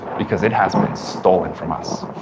because it has been stolen from us.